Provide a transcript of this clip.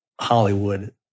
Hollywood